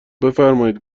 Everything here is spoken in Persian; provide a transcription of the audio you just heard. بفرمایید